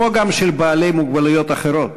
כמו גם של בעלי מוגבלויות אחרות,